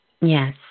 Yes